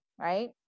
right